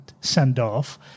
send-off